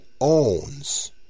owns